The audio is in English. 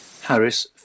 Harris